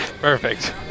Perfect